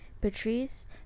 Patrice